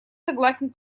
согласен